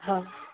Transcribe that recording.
ಹಾಂ